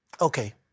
Okay